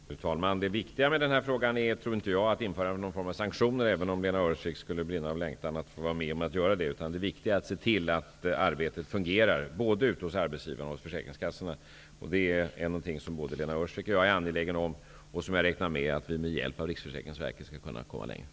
Fru talman! Det viktiga med den här frågan är enligt min mening inte införandet av någon form av sanktioner, även om Lena Öhrsvik kanske brinner av längtan efter att vara med om att göra det, utan det viktiga är att se till att arbetet fungerar både ute hos arbetsgivarna och på försäkringskassorna. Det är något som både Lena Öhrsvik och jag är angelägen om och som jag räknar med att vi med hjälp av Riksförsäkringsverket skall kunna komma längre i.